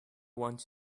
want